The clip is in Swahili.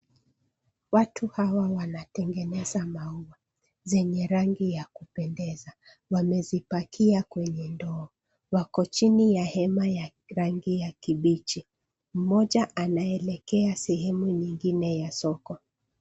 Watu hawa wanatengeneza maua, zenye rangi ya kupendeza. Wamezipakia kwenye ndoo. Wako chini ya hema ya rangi ya kibichi. Mmoja anaelekea sehemu nyingine ya soko.